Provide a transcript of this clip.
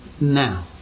now